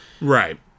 Right